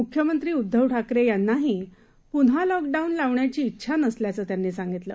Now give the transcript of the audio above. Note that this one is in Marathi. मुख्यमंत्री उद्धव ठाकरे यांनाही पुन्हा लॉकडाऊन लावण्याची उंछा नसल्याचं त्यांनी सांगितलं